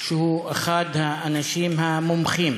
שהוא אחד האנשים המומחים